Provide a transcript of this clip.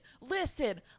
listen